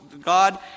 God